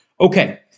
Okay